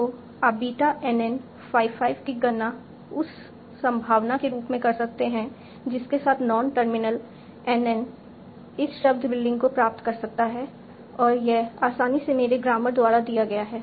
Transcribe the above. तो आप beta NN 5 5 की गणना उस संभावना के रूप में कर सकते हैं जिसके साथ नॉन टर्मिनल NN इस शब्द बिल्डिंग को प्राप्त कर सकता है और यह आसानी से मेरे ग्रामर द्वारा दिया गया है